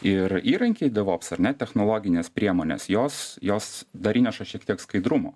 ir įrankiai denops ar ne technologinės priemonės jos jos dar įneša šiek tiek skaidrumo